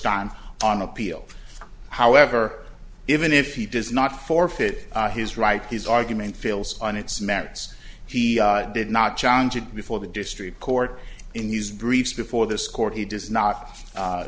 time on appeal however even if he does not forfeit his right his argument fails on its merits he did not challenge it before the district court in his briefs before this court he does not